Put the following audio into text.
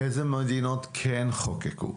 איזה מדינות כן חוקקו?